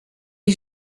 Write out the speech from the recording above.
est